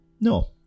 No